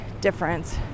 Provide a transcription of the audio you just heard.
difference